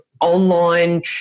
online